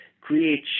create